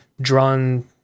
drawn